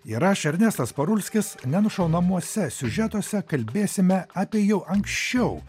ir aš ernestas parulskis nenušaunamuose siužetuose kalbėsime apie jau anksčiau